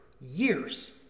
years